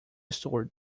story